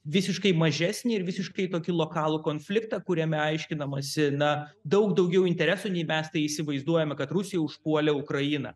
visiškai mažesnį ir visiškai tokį lokalų konfliktą kuriame aiškinamasi na daug daugiau interesų nei mes tai įsivaizduojame kad rusija užpuolė ukrainą